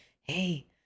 Hey